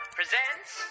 presents